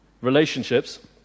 relationships